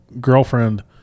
girlfriend